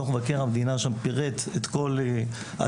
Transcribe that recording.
דו"ח מבקר המדינה שם פירט את כל התהליכים,